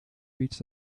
reached